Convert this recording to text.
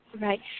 Right